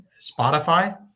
Spotify